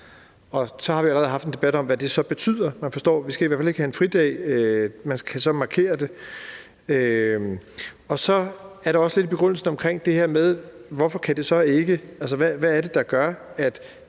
Og så har vi allerede haft en debat om, hvad det så betyder. Man forstår, at vi i hvert fald ikke skal have en fridag, men man kan så markere det. I begrundelsen er der også lidt omkring det her med, hvad det er, der gør, at